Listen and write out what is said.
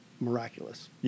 miraculous